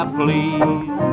please